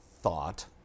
thought